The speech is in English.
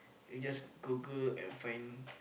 you just Google and find